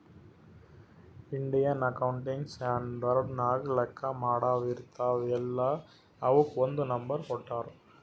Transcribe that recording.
Indian accounting standard ನಾಗ್ ಲೆಕ್ಕಾ ಮಾಡಾವ್ ಇರ್ತಾವ ಅಲ್ಲಾ ಅವುಕ್ ಒಂದ್ ನಂಬರ್ ಕೊಟ್ಟಾರ್